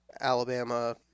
Alabama